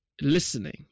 listening